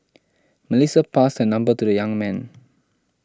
Melissa passed her number to the young man